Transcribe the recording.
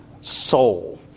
soul